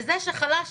וזה שחלש